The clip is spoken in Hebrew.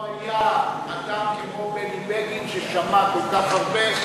לא היה אדם כמו בני בגין ששמע כל כך הרבה,